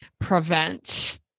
prevent